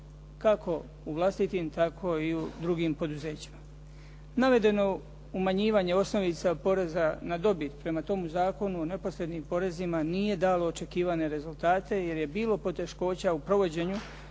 kako u vlastitim, tako i u drugim poduzećima. Navedeno umanjivanje osnovica poreza na dobit prema tom zakonu neposrednim porezima nije dalo očekivane rezultate jer je bilo poteškoća u provođenju